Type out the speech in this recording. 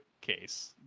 case